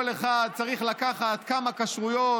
כל אחד צריך לקחת כמה כשרויות.